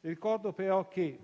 Ricordo però che